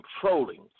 controlling